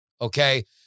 okay